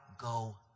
go